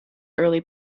early